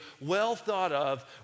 well-thought-of